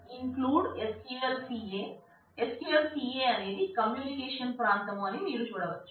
అందువల్ల EXEC SQL INCLUDE SQLCA SQLCA అనేది communication ప్రాంతం అని మీరు చూడవచ్చు